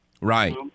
right